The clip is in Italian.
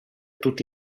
tutti